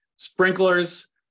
Sprinklers